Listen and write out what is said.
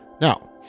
now